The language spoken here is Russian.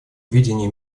видение